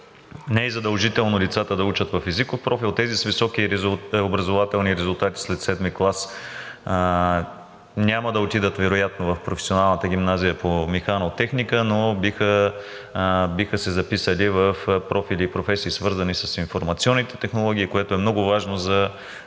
не е задължително лицата да учат в езиков профил. Тези с високи образователни резултати след VII клас няма да отидат вероятно в професионалната гимназия по механотехника, но биха се записали в профили и професии, свързани с информационните технологии, което е много важно за